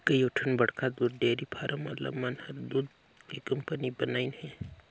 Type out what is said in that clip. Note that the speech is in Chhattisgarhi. कयोठन बड़खा दूद डेयरी फारम वाला मन हर दूद के कंपनी बनाईंन हें